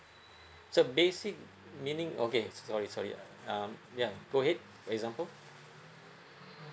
so basic meaning okay sorry sorry um yeah go ahead example